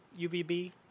UVB